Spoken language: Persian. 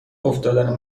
افتادن